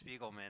Spiegelman